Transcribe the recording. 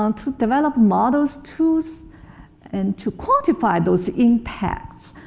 um to develop models to use and to quantify those impacts.